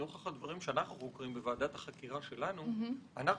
נוכח הדברים שאנחנו חוקרים בוועדת החקירה שלנו אנחנו